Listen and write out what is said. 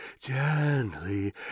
gently